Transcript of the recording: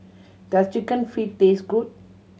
does Chicken Feet taste good